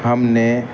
ہم نے